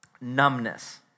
numbness